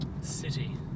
City